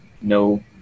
no